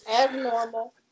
Abnormal